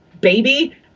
baby